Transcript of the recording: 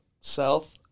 South